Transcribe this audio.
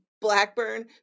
Blackburn